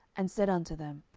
and said unto them,